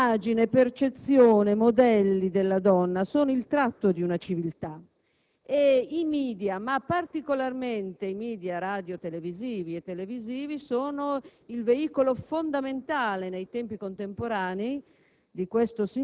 Immagine, percezione, modelli della donna sono il tratto di una civiltà e i *media*, particolarmente quelli radiotelevisivi e televisivi, sono il veicolo fondamentale, nei tempi contemporanei,